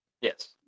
Yes